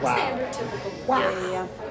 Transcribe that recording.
Wow